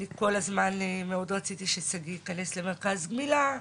אני כל הזמן מאוד רציתי ששגיא ייכנס למרכז גמילה.